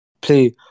play